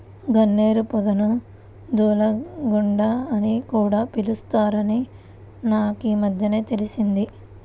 గన్నేరు పొదను దూలగుండా అని కూడా పిలుత్తారని నాకీమద్దెనే తెలిసింది